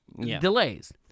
delays